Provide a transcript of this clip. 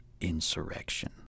insurrection